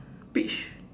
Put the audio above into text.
peach